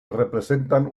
representan